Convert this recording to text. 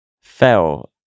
Fell